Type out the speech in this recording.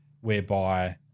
whereby